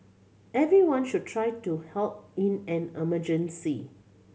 everyone should try to help in an emergency